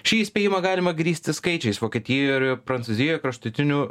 šį įspėjimą galima grįsti skaičiais vokietijoj ir prancūzijoj kraštutinių